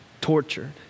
tortured